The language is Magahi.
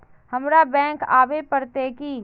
हमरा बैंक आवे पड़ते की?